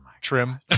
Trim